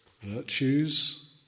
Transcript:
virtues